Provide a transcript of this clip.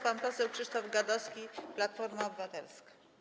Pan poseł Krzysztof Gadowski, Platforma Obywatelska.